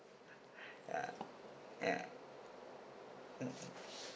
yeah yeah mm mm